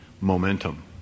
momentum